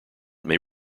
may